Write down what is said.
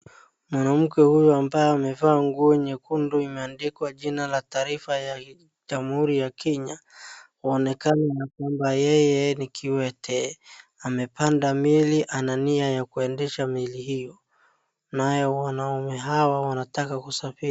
Mwanamke huyu ambaye amevaa nguo nyekundu imeandikwa jina la tarifa la jamhuri ya Kenya anaonekana ya kwamba yeye ni kiwete. Amepanda meli ana nia ya kuendesha meli hiyo, nayo wanaume hawa wanataka kusafiri.